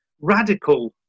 radical